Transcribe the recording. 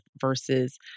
versus